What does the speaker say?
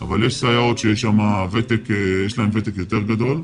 שיש להן ותק יותר גדול,